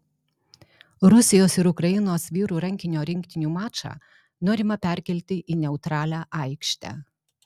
rusijos ir ukrainos vyrų rankinio rinktinių mačą norima perkelti į neutralią aikštę